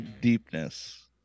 deepness